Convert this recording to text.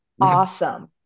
Awesome